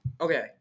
Okay